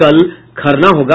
कल खरना होगा